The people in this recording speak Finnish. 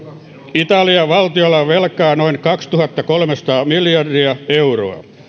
italian valtiolla on velkaa noin kaksituhattakolmesataa miljardia euroa